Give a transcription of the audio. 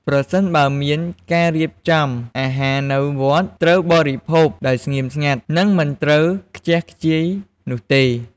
ប្រសិនបើមានការរៀបចំអាហារនៅវត្ត ត្រូវបរិភោគដោយស្ងៀមស្ងាត់ និងមិនត្រូវខ្ជះខ្ជាយនោះទេ។